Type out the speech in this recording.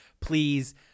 please